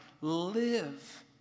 live